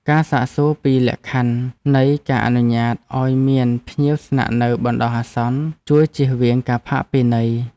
ការសាកសួរពីលក្ខខណ្ឌនៃការអនុញ្ញាតឱ្យមានភ្ញៀវស្នាក់នៅបណ្តោះអាសន្នជួយជៀសវាងការផាកពិន័យ។